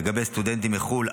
לגבי סטודנטים מחו"ל,